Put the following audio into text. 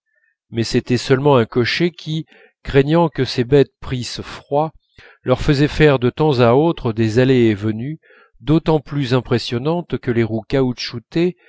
mais c'était seulement un cocher qui craignant que ses bêtes prissent froid leur faisait faire de temps à autre des allées et venues d'autant plus impressionnantes que les roues caoutchoutées